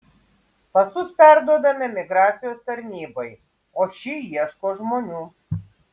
pasus perduodame migracijos tarnybai o ši ieško žmonių